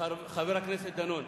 מחבר הכנסת דנון,